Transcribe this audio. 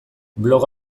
blog